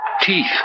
teeth